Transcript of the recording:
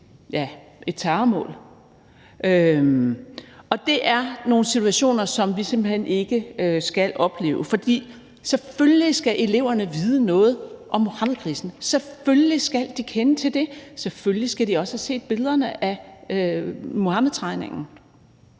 til et terrormål. Og det er nogle situationer, som vi simpelt hen ikke skal opleve, for selvfølgelig skal eleverne vide noget om Muhammedkrisen. Selvfølgelig skal de kende til den, og selvfølgelig skal de også have set billederne af Muhammedtegningerne.